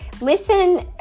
listen